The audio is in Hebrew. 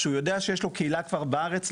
שהוא יודע שיש לו קהילה כבר בארץ.